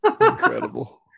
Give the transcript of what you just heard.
incredible